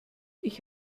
ich